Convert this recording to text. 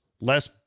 less